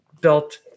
built